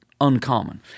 uncommon